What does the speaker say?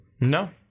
No